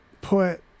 put